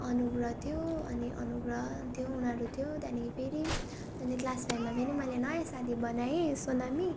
अनुग्रह थियो अनि अनुग्रह थियो उनीहरू थियो त्यहाँदेखि फेरि अनि क्लास फाइभमा फेरि मैले नयाँ साथी बनाएँ सोनामी